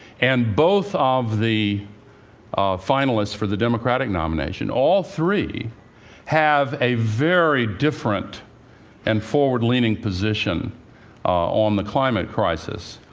and both of the finalists for the democratic nomination all three have a very different and forward-leaning position on the climate crisis.